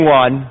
one